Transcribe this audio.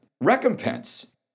recompense